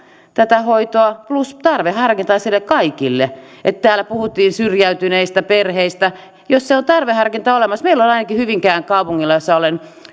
tätä hoitoa plus tarveharkintaisena kaikille tunneille täällä puhuttiin syrjäytyneistä perheistä jos on tarveharkinta olemassa niin meillä on ainakin hyvinkään kaupungilla jonka